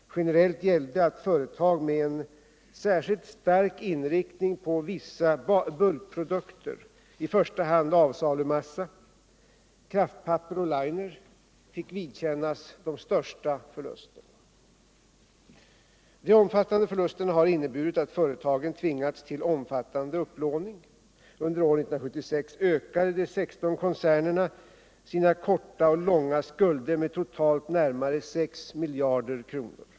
Generellt gällde att företag med särskilt stark inriktning på vissa bulkprodukter, i första hand avsalumassa, kraftpapper och liner, fick vidkännas de största förlusterna. De stora förlusterna har inneburit att företagen tvingats till omfattande upplåning. Under år 1976 ökade de 16 koncernerna sina korta och långa skulder med totalt närmare 6 miljarder kronor.